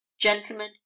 gentlemen